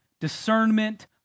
discernment